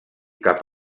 cap